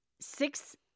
Six